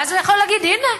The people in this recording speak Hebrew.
ואז הוא יכול להגיד: הנה,